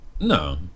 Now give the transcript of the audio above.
No